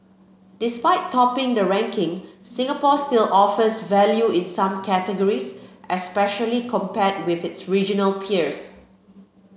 despite topping the ranking Singapore still offers value in some categories especially compared with its regional peers